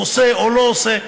הוא עושה או לא עושה.